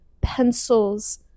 pencils